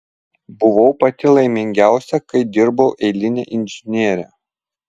buvau pati laimingiausia kai dirbau eiline inžiniere